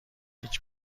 هیچ